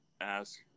ask